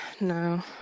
no